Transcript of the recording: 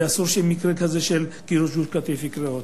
ואסור שמקרה כזה כמו של גירוש קטיף יקרה עוד.